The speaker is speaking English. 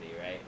right